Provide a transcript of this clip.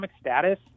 status